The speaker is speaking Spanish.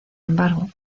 embargo